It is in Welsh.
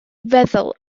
feddwl